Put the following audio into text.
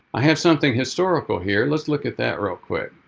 i have something historical here. let's look at that real quick.